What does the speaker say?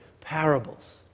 parables